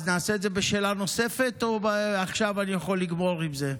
נעשה את זה בשאלה נוספת או עכשיו אני יכול לגמור עם זה?